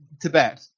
Tibet